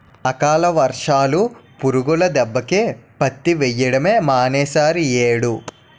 అకాల వర్షాలు, పురుగుల దెబ్బకి పత్తి వెయ్యడమే మానీసేరియ్యేడు